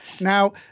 Now